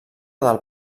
del